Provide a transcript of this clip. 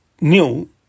new